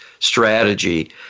Strategy